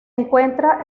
encuentra